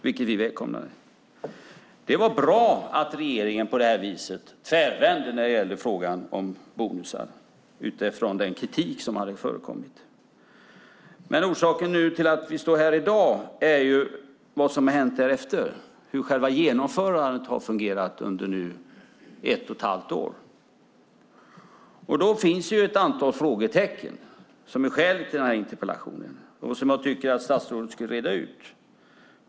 Det var bra att regeringen utifrån den kritik som hade förekommit på det här viset tvärvände när det gällde frågan om bonusar. Orsaken till att vi står här i dag är vad som har hänt därefter, alltså hur själva genomförandet har fungerat under 1 1⁄2 år. Då finns ett antal frågetecken. Dessa frågetecken är skälet till den här interpellationen, och jag tycker att statsrådet ska reda ut dem.